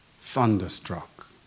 thunderstruck